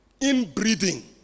inbreeding